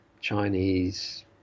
Chinese